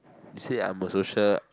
you say I'm a social